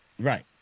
Right